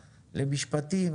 למשפטים.